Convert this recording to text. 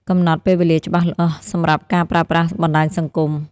កំណត់ពេលវេលាច្បាស់លាស់សម្រាប់ការប្រើប្រាស់បណ្ដាញសង្គម។